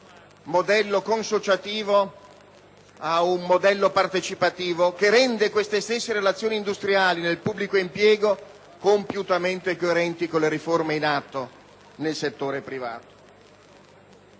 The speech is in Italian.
modello consociativo ad un modello partecipativo che rende queste stesse relazioni industriali nel pubblico impiego compiutamente coerenti con le riforme in atto nel settore privato.